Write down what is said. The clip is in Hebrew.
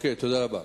תודה רבה.